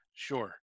Sure